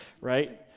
right